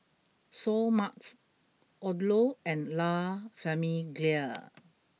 Seoul Mart Odlo and La Famiglia